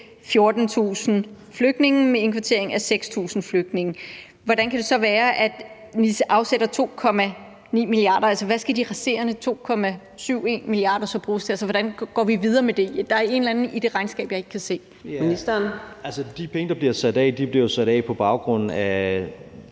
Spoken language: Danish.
14.000 flygtninge med indkvartering af 6.000 flygtninge, hvordan kan det så være, at vi afsætter 2,9 mia. kr.? Altså, hvad skal de resterende 2,71 mia. kr. så bruges til? Hvordan går vi videre med det? Der er et eller andet i det regnskab, jeg ikke kan se. Kl. 17:40 Fjerde næstformand